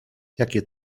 jakie